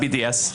ה-BDS.